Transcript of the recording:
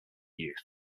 youth